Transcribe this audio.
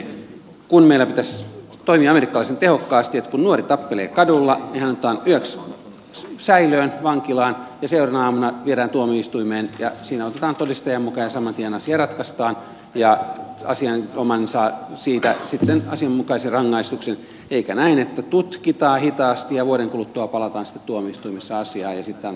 meillä pitäisi toimia amerikkalaisen tehokkaasti että kun nuori tappelee kadulla niin hänet otetaan yöksi säilöön vankilaan ja seuraavana aamuna viedään tuomioistuimeen ja siinä otetaan todistaja mukaan ja saman tien asia ratkaistaan ja asianomainen saa siitä sitten asianmukaisen rangaistuksen eikä näin että tutkitaan hitaasti ja vuoden kuluttua palataan sitten tuomioistuimessa asiaan ja sitten annetaan joku rangaistus